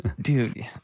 dude